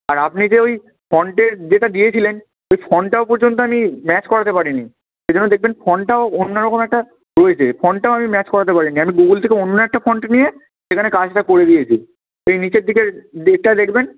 আর আপনি যে ওই ফন্টের যেটা দিয়েছিলেন ওই ফন্টটাও পর্যন্ত আমি ম্যাচ করাতে পারিনি সেই জন্য দেখবেন ফন্টটাও অন্য রকম একটা হয়েছে ফন্টটাও আমি ম্যাচ করাতে পারিনি আমি গুগল থেকে অন্য একটা ফন্ট নিয়ে সেখানে কাজটা করে দিয়েছি ওই নিচের দিকের ডেটটায় দেখবেন